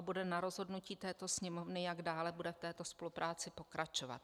Bude na rozhodnutí této Sněmovny, jak dále bude v této spolupráci pokračovat.